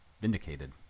Vindicated